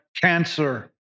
cancer